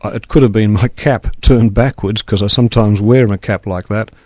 it could have been my cap turned backwards, because i sometimes wear my cap like that,